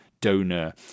donor